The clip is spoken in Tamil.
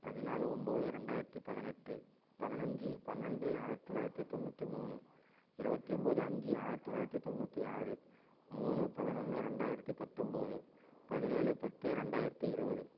பதினாலு ஒன்போது ரெண்டாயிரத்தி பதினெட்டு பதினஞ்சு பன்னெரெண்டு ஆயிரத்தி தொள்ளாயிரத்தி தொண்ணூற்றி மூணு இருபத்தி ஒன்போது அஞ்சு ஆயிரத்தி தொள்ளாயிரத்தி தொண்ணூற்றி ஆறு மூணு பதினொன்று ரெண்டாயிரத்தி பத்தொன்போது பதினேழு பத்து ரெண்டாயிரத்தி இருபது